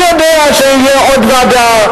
אני יודע שתהיה עוד ועדה,